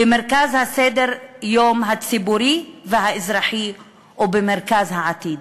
במרכז סדר-היום הציבורי והאזרחי ובמרכז העתיד.